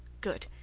good.